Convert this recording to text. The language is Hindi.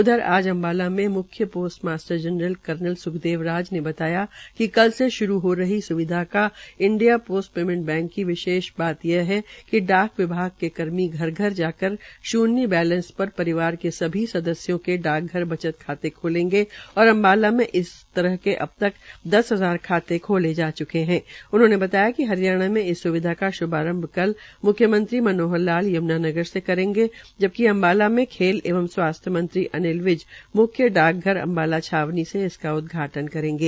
उधर आज अम्बाला में म्ख्य post master general colonel Sukhdev Raj ने बताया कि कल से शुरू हो रही सुविधा इंडिया पोस्ट पेमेंट बैंक की विशेष बात यह है कि डाक विभाग के कर्मी घर घर जाकर शून्य बैलेंस पर परिवार के सभी सदसयों के डाकघर बचत खाते खोलेंगे और अम्बाला में इस तरह के अबतक दस हजार खाते खोले जा च्के है उन्होंने बताया कि हरियाणा मे इस स्विधा का श्भारंभ कल म्ख्यमंत्री मनोहर लाल यम्नानगर से करेंगे जबकि अम्बाला में खेल एंव स्वास्थ्य मंत्री अनिल विज म्ख्य डाकघर अम्बाला छावनी से इसका उदघाटन करेंगे